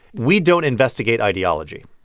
we don't investigate ideology.